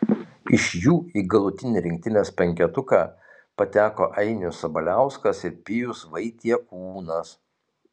iš jų į galutinį rinktinės penketuką pateko ainius sabaliauskas ir pijus vaitiekūnas